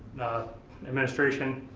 administration,